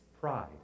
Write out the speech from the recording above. pride